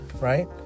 right